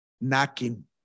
knocking